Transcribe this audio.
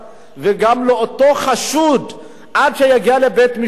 וגם על אותו חשוד עד שיגיע לבית-משפט,